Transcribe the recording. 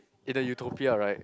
in a utopia right